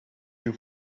you